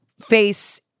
face